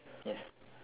yes